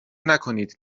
نکنید